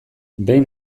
behin